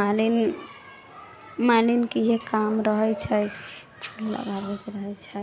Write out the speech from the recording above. मालिन मालिनके इहे काम रहइ छै लगाबैत रहै छै